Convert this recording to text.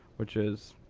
which is